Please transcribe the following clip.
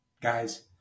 Guys